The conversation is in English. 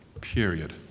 Period